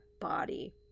body